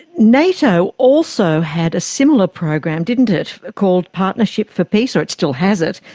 nato also had a similar program, didn't it, called partnership for peace, or it still has it,